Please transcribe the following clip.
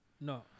No